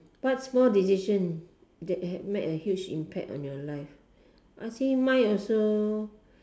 what small decision that have made a huge impact on your life actually mine also